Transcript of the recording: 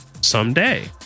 someday